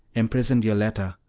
imprisoned yoletta,